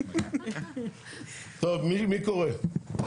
טוב, מי קורא?